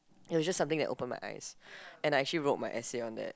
it was just something that opened my eyes and I actually wrote my essay on that